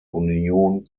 union